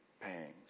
pangs